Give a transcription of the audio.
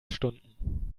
stunden